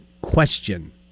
question